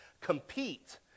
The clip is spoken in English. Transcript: compete